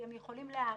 הם יכולים להעריך,